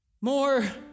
more